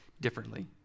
differently